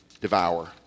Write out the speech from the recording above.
devour